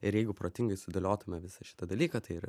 ir jeigu protingai sudėliotume visą šitą dalyką tai